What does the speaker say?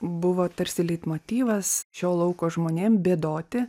buvo tarsi leitmotyvas šio lauko žmonėm bėdoti